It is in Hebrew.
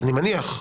אני מניח.